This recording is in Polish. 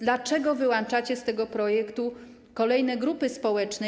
Dlaczego wyłączacie z tego projektu kolejne grupy społeczne?